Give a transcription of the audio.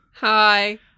Hi